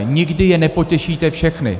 Nikdy je nepotěšíte všechny.